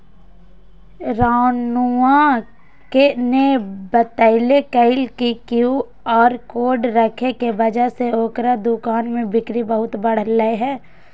रानूआ ने बतल कई कि क्यू आर कोड रखे के वजह से ओकरा दुकान में बिक्री बहुत बढ़ लय है